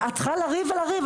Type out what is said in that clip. ואת צריכה לריב ולריב.